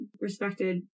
respected